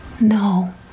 no